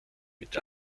mit